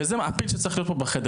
וזה הפיל שצריך להיות פה בחדר.